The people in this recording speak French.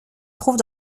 trouve